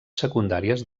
secundàries